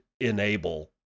enable